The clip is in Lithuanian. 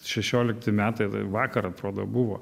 šešiolikti metai tai vakar atrodo buvo